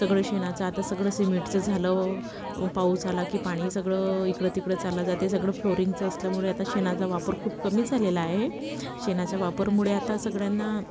सगळं शेणाचं आता सगळं सिमेंटचं झालं ओ पाऊस आला की पाणी सगळं इकडं तिकडं चालं जाते सगळं फ्लोरिंगचं असल्यामुळे आता शेणाचा वापर खूप कमी झालेला आहे शेणाचा वापरमुळे आता सगळ्यांना